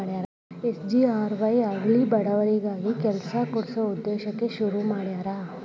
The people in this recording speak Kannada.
ಎಸ್.ಜಿ.ಆರ್.ವಾಯ್ ಹಳ್ಳಿ ಬಡವರಿಗಿ ಕೆಲ್ಸ ಕೊಡ್ಸ ಉದ್ದೇಶಕ್ಕ ಶುರು ಮಾಡ್ಯಾರ